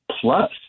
plus